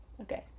Okay